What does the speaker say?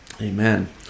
Amen